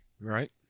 Right